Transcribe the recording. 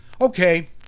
Okay